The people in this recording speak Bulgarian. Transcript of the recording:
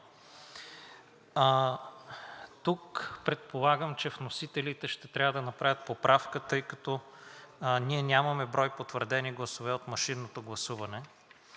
Тук, предполагам, че вносителите ще трябва да направят поправка, тъй като ние нямаме брой потвърдени гласове от машинното гласуване